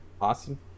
awesome